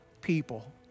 people